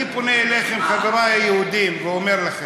אני פונה אליכם, חברי היהודים, ואומר לכם: